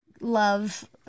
love